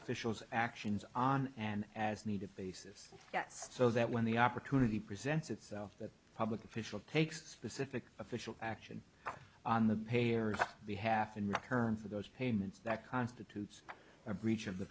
official's actions on and as needed basis so that when the opportunity presents itself that public official takes specific official action on the payer behalf in return for those payments that constitutes a breach of the